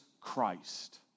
Christ